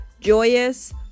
joyous